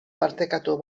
partekatu